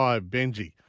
Benji